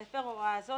המפר הוראה זו,